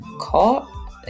caught